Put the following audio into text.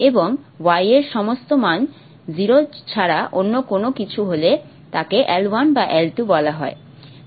এবং y এর সমস্ত মান 0 ছাড়া অন্য কোনও কিছু হলে তাকে L1 বা L2 বলা হয়